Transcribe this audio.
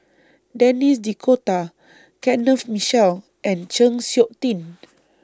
Denis D'Cotta Kenneth Mitchell and Chng Seok Tin